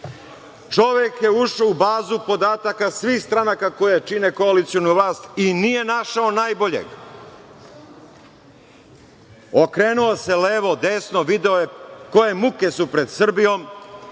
Čovek je ušao u bazu podataka svih stranaka koje čine koalicionu vlast i nije našao najboljeg. Okrenuo se levo, desno, video je koje muke su pred Srbijom,